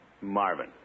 Marvin